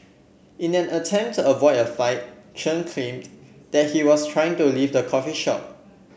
in an attempt to avoid a fight Chen claimed that he was trying to leave the coffee shop